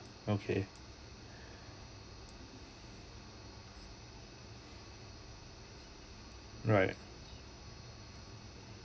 okay right